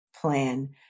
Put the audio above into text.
plan